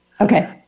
Okay